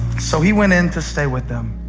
so he went in to stay with them.